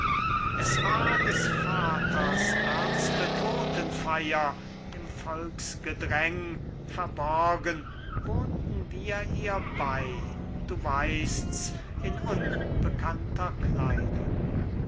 es war des vaters ernste todtenfeier im volksgedräng verborgen wohnten wir ihr bei du weißt's in unbekannter kleidung